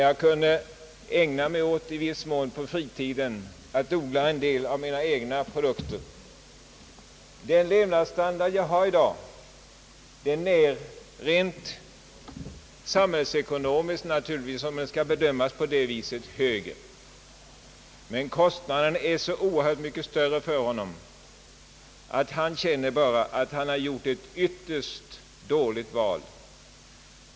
Han kunde tidigare på fritiden i viss mån odla de livsmedel han behövde. Den levnadsstandard han i dag har är naturligtvis rent samhällsekonomiskt hög, om den nu skall bedömas på detta vis, men hans levnadskostnader är inte minst med hänsyn till bostaden så mycket större att han känner sig ha gjort ett ytterst dåligt val.